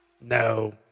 No